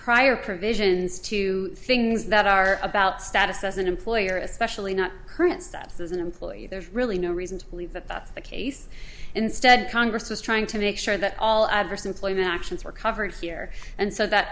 prior provisions to things that are about status as an employer especially not current status as an employee there's really no reason to believe that that's the case instead congress was trying to make sure that all adverse employment actions were covered here and so that